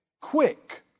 Quick